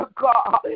God